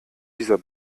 dieser